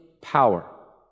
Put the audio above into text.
power